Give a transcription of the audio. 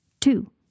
Two